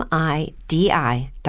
MIDI